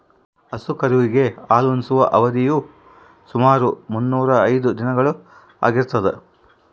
ಹಸು ಕರುವಿಗೆ ಹಾಲುಣಿಸುವ ಅವಧಿಯು ಸುಮಾರು ಮುನ್ನೂರಾ ಐದು ದಿನಗಳು ಆಗಿರ್ತದ